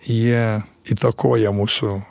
jie įtakoja mūsų